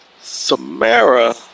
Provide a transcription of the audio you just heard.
Samara